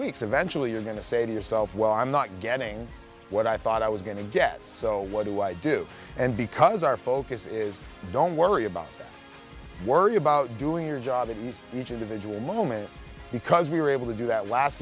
weeks eventually you're going to say to yourself well i'm not getting what i thought i was going to get so what do i do and because our focus is don't worry about worry about doing your job in each individual moment because we were able to do that last